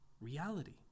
reality